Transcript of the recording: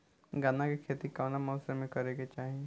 गन्ना के खेती कौना मौसम में करेके चाही?